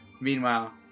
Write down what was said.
Meanwhile